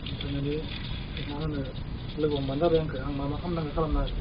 मोनफैनानै सोर मा होनो लोगो हमबानो जाबाय आंखो आं मा मा खालामनांगौ खालामनानै होगोन